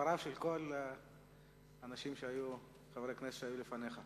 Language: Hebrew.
לדברם של חברי הכנסת שהיו לפניך.